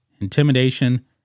intimidation